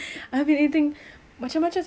saya tak tengok portion apa saya just makan